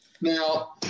Now